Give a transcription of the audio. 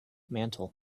mantle